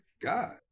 God